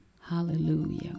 Hallelujah